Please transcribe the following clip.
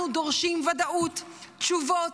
אנחנו דורשים ודאות, תשובות,